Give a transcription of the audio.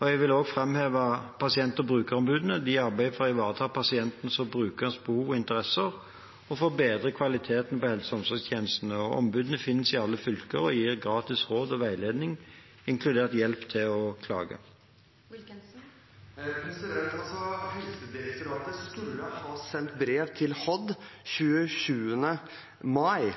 Jeg vil også framheve pasient- og brukerombudene. De arbeider for å ivareta pasientens og brukerens behov og interesser og for å bedre kvaliteten på helse- og omsorgstjenestene. Ombudene finnes i alle fylker og gir gratis råd og veiledning, inkludert hjelp til å klage. Helsedirektoratet skulle ha sendt brev til Helse- og omsorgsdepartementet 27. mai,